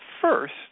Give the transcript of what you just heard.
first